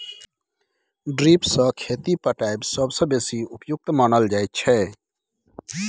drip सँ खेत पटाएब सबसँ बेसी उपयुक्त मानल जाइ छै